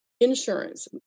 insurance